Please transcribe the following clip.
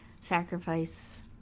sacrifice